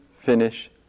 finish